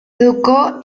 educó